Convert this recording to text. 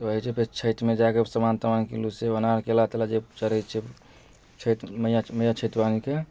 तऽ ओ होइ छै फेर छठिमे जाकऽ सामान तामान किनलहुँ सेब अनार केला तेल जे चढ़ै छै छठि मइआ छठि वाहिनीके